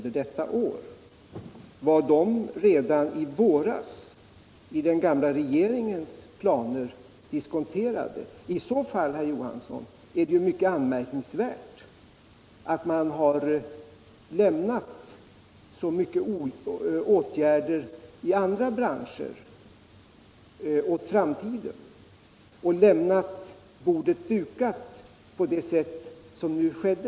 Var den kostnadsstegringen redan diskonterad i den gamla regeringens planer? I så fall är det anmärkningsvärt att man har lämnat så många åtgärder i andra branscher åt framtiden, dvs. lämnat bordet dukat på det sätt som har skett.